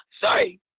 Sorry